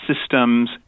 systems